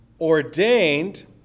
ordained